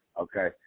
okay